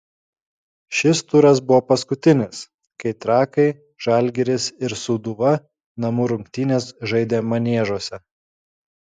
šis turas buvo paskutinis kai trakai žalgiris ir sūduva namų rungtynes žaidė maniežuose